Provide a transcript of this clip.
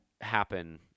happen